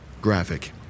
graphic